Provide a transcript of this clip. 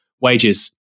wages